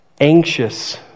Anxious